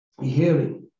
hearing